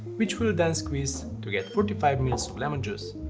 which we will then squeeze to get forty five ml so of lemon juice,